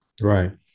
Right